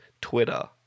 Twitter